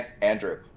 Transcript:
Andrew